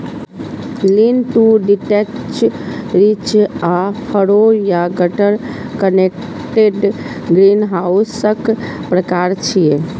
lean to detached, ridge आ furrow या gutter connected ग्रीनहाउसक प्रकार छियै